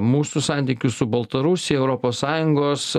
mūsų santykius su baltarusija europos sąjungos